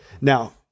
Now